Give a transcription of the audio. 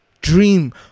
Dream